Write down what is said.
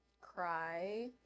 cry